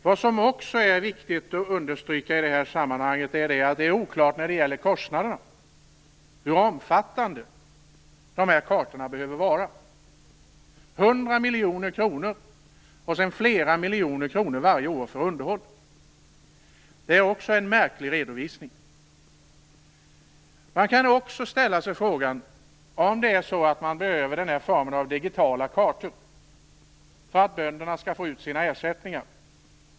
Vad som också är viktigt att understryka i det här sammanhanget är att det är oklart hur omfattande de här kartorna behöver vara. Kostnaderna uppgår till 100 miljoner kronor och sedan flera miljoner kronor varje år för underhåll. Det är också en märklig redovisning. Man kan också ställa sig frågan om den här formen av digitala kartor behövs för att bönderna skall få ut sina ersättningar.